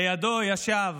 לידו ישב